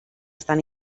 estan